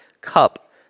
cup